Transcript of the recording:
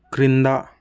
క్రింద